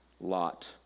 Lot